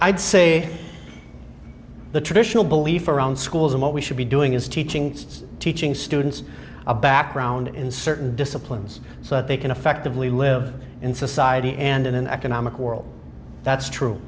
i'd say the traditional beliefs around schools and what we should be doing is teaching teaching students a background in certain disciplines so that they can effectively live in society and in an economic world that's true